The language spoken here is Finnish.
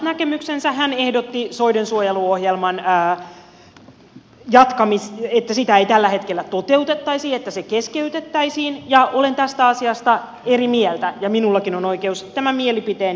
hän ehdotti että soiden suojeluohjelmaa ei tällä hetkellä toteutettaisi että se keskeytettäisiin ja olen tästä asiasta eri mieltä ja minullakin on oikeus tämä mielipiteeni sanoa